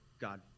God